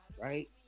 right